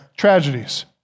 Tragedies